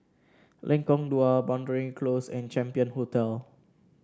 Lengkong Dua Boundary Close and Champion Hotel